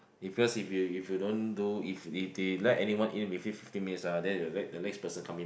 because if you if you don't do if they they let everyone in within fifteen minutes ah then they will let the next person come in